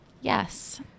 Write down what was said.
Yes